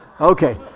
Okay